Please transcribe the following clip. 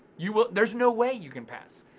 you will, there's no way you can pass.